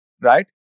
right